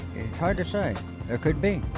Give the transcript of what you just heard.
its hard to say. it could be.